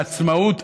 ובעצמאות.